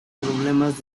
problemas